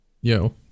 Yo